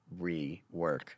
rework